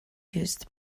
used